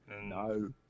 No